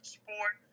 sport